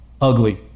ugly